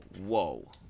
whoa